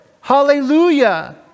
Hallelujah